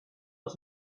els